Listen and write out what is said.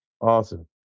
Awesome